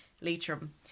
Leitrim